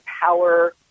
power